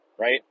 right